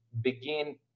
begin